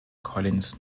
collins